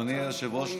אדוני היושב-ראש,